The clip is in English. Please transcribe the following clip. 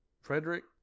Frederick